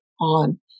on